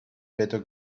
better